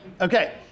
Okay